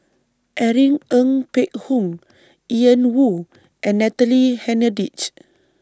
Irene Ng Phek Hoong Ian Woo and Natalie Hennedige